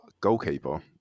goalkeeper